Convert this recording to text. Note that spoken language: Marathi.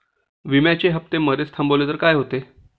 विम्याचे हफ्ते मधेच थांबवले तर काय होते?